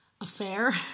affair